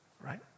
Right